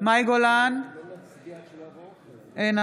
מאי גולן, אינה נוכחת איתן